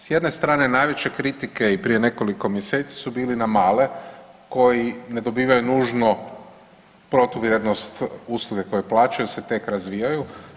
S jedne strane najveće kritike i prije nekoliko mjeseci su bili na male koji ne dobivaju nužno protuvrijednost usluge koje plaćaju jer se tek razvijaju.